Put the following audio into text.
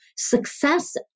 Success